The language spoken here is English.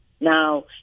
Now